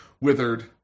withered